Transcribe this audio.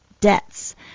debts